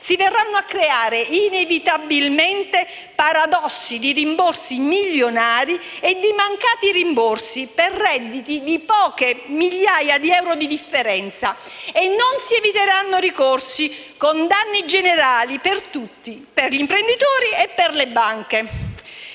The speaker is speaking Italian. si verranno a creare inevitabilmente paradossi di rimborsi milionari e di mancati rimborsi per redditi di poche migliaia di euro di differenza e non si eviteranno ricorsi, con danni generali per tutti, per gli imprenditori e per le banche.